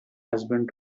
husband